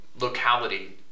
locality